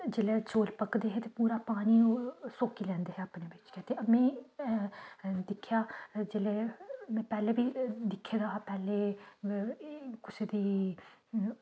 जिल्लै चौल पकदे हे ते पूरा पानी ओह् सोक्की लैंदे हे अपने बिच्च गै ते में दिक्खेआ जिल्ले में पैह्ले बी दिक्खे दा हा पैह्लें कुसै दी दिक्ख